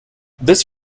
this